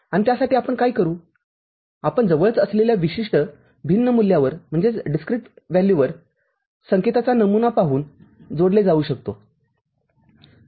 आणि त्यासाठी आपण काय करूआपण जवळच असलेल्या विशिष्ट भिन्न मूल्यावर संकेताचा नमुना पाहून जोडले जाऊ शकतो